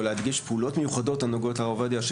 להדגיש פעולות מיוחדות הנוגעות לרב עובדיה,